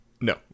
No